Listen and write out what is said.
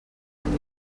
amb